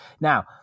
Now